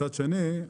מצד שני,